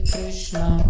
Krishna